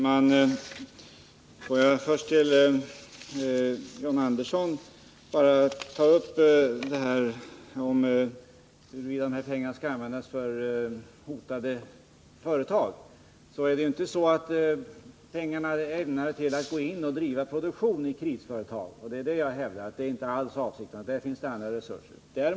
Herr talman! Först till John Andersson. Han tog upp frågan om de här pengarna skall användas till hotade företag. Det är inte alls avsikten att de här pengarna skall användas för att driva produktion i krisföretag — det är det jag har hävdat. Till det finns det andra resurser.